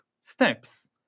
steps